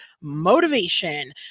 motivation